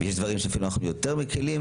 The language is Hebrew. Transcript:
יש דברים שאנחנו אפילו יותר מקלים,